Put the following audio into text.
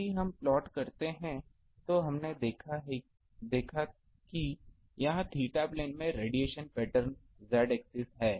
यदि हम प्लॉट करते हैं तो हमने देखा कि यह थीटा प्लेन में रेडिएशन पैटर्न z एक्सिस है